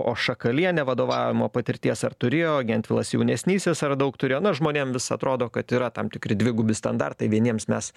o šakalienė vadovavimo patirties ar turėjo gentvilas jaunesnysis ar daug turėjo nu žmonėm vis atrodo kad yra tam tikri dvigubi standartai vieniems mes